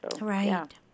Right